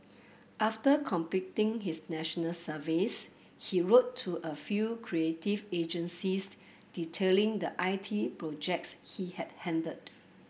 after completing his National Service he wrote to a few creative agencies detailing the I T projects he had handled